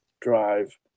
drive